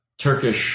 Turkish